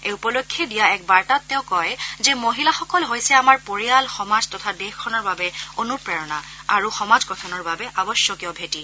এই উপলক্ষে দিয়া এক বাৰ্তাত তেওঁ কয় যে মহিলাসকল হৈছে আমাৰ পৰিয়াল সমাজ তথা দেশখনৰ বাবে অন্প্ৰেৰণা আৰু সমাজ গঠনৰ বাবে আৱশ্যকীয় ভেঁটি